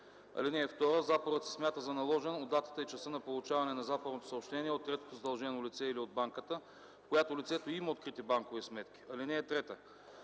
(2) Запорът се смята за наложен от датата и часа на получаване на запорното съобщение от третото задължено лице или от банката, в която лицето има открити банкови сметки. (3)